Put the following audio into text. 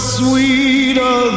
sweeter